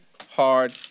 hard